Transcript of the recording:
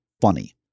funny